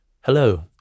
hello